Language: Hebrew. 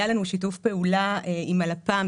היה לנו שיתוף פעולה עם הלפ"ם.